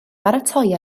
baratoi